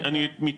אני מתייחס.